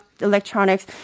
electronics